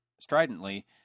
stridently